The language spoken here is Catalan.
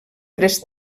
tres